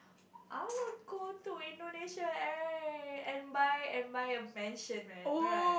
I will go to Indonesia !eh! and buy and buy a mansion man right